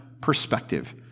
perspective